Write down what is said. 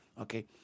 okay